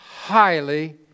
highly